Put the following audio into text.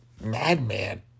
madman